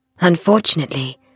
Unfortunately